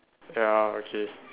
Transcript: ya okay